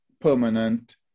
permanent